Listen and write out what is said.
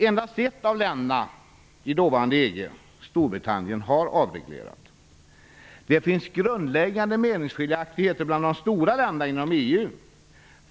Endast ett av länderna i dåvarande EG, Storbritannien, har avreglerat. Det finns grundläggande meningsskiljaktigheter bland de stora länderna inom EU.